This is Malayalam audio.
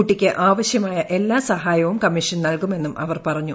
കുട്ടിക്ക് ആവശ്യമായ എല്ലാ സഹായവും കമ്മീഷൻ നൽകുമെന്നും അവർ പറഞ്ഞു